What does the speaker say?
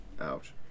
Ouch